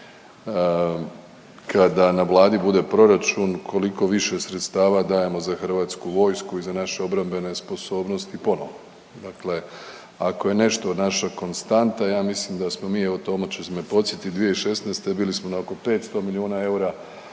kada na Vladi bude proračun koliko više sredstava dajemo za Hrvatsku vojsku i za naše obrambene sposobnosti, ponovo dakle ako je nešto naša konstanta, ja mislim da smo mi, evo, Tomo će me podsjetiti, 2016. bili smo na oko 500 milijuna eura,